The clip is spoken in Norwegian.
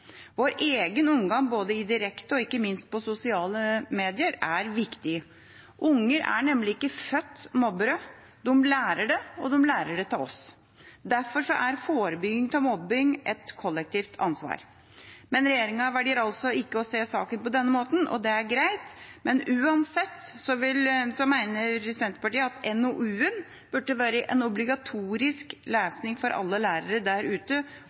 Vår egen omgang både direkte og, ikke minst, på sosiale medier er viktig. Unger er nemlig ikke født mobbere, de lærer det – og de lærer det av oss. Derfor er forebygging av mobbing et kollektivt ansvar. Men regjeringa velger altså ikke å se saken på denne måten. Det er greit, men uansett mener Senterpartiet at NOU-en burde vært obligatorisk lesning for alle lærere der ute,